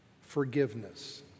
forgiveness